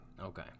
Okay